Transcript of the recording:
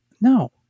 No